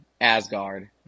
Asgard